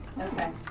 Okay